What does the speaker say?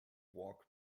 walk